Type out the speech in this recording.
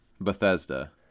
Bethesda